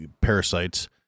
parasites